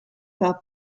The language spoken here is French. par